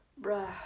Bruh